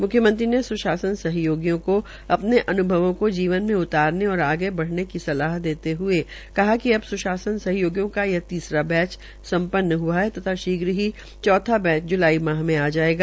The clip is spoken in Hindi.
म्ख्यमंत्री ने स्शासन सहयोगियों को अप्ने अन्भवों को जीवन में उतारने और आगे बढ़ने की सलाह देते हये कहा कि अब सुशासन सहयोगियों का यह तीसरा बैच सम् न्न हआ है तथा शीघ्र ही चैथा बैच कार्य करने के लिए जुलाई माह में आएगा